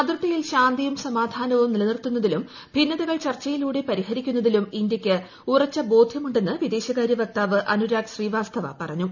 അതിർത്തിയിൽ ശാന്തിയും സമാധാനവും നിലനിർത്തുന്നതിലും ഭിന്നതകൾ ചർച്ചയിലൂടെ പരിഹരിക്കുന്നതിലും ഇന്ത്യക്ക് ഉറച്ച ബോധ്യമുണ്ടെന്ന് വിദേശകാര്യ വക്താവ് അനുരാഗ് ശ്രീവാസ്തവ പറഞ്ഞു